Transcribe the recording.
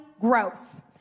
growth